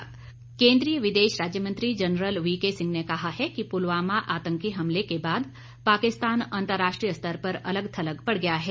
भाजपा केंद्रीय विदेश राज्य मंत्री जनरल वीके सिंह ने कहा है कि पुलवामा आतंकी हमले के बाद पाकिस्तान अंतरराष्ट्रीय स्तर पर अलग थलग पड़ गया है